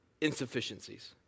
insufficiencies